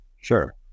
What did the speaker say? sure